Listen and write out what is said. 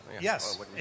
Yes